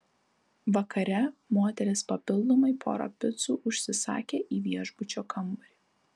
vakare moteris papildomai porą picų užsisakė į viešbučio kambarį